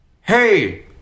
hey